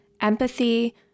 Empathy